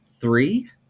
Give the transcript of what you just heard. three